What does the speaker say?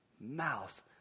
mouth